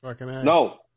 No